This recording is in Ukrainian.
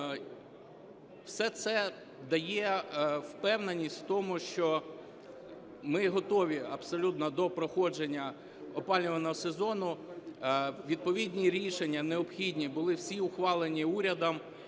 все це дає впевненість в тому, що ми готові абсолютно до проходження опалювального сезону. Відповідні необхідні рішення були всі ухвалені урядом.